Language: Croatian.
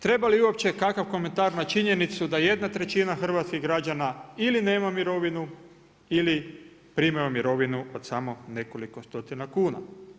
Treba li uopće kakav komentar na činjenicu da 1/3 hrvatskih građana ili nema mirovinu ili primaju mirovinu od samo nekoliko stotina kuna.